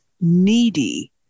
needy